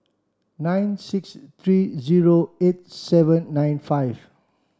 nine six three zero eight seven nine five